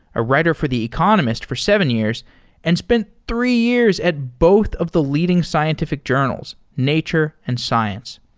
a writer for the economist for seven years and spent three years at both of the leading scientific journals nature and science.